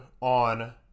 on